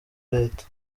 leta